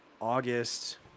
August